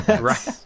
Right